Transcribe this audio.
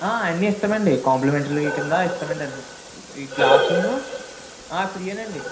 అన్నీ ఇస్తాం అండి కంప్లిమెంటరీల కింద ఇస్తాం అండి అన్నీ ఈ గ్లాస్ ఆ ఫ్రీయే అండి